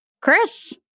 Chris